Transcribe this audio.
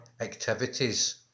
activities